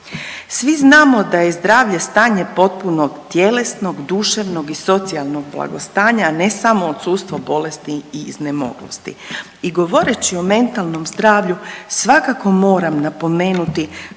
Svi znamo da je zdravlje stanje potpunog tjelesnog, duševnog i socijalnog blagostanja, a ne samo odsustvo bolesti i iznemoglosti. I govoreći o mentalnom zdravlju svakako moram napomenuti